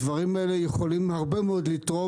הדברים האלה יכולים לתרום הרבה מאוד